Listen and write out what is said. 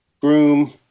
Groom